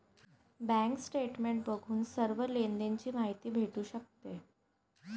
bank statement बघून सर्व लेनदेण ची माहिती भेटू शकते